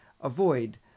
avoid